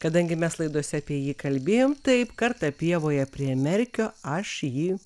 kadangi mes laidose apie jį kalbėjom taip kartą pievoje prie merkio aš jį